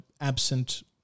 absent